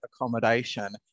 accommodation